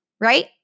right